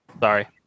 Sorry